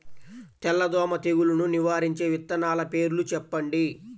తెల్లదోమ తెగులును నివారించే విత్తనాల పేర్లు చెప్పండి?